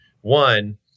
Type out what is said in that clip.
One